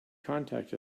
contact